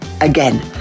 again